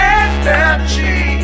energy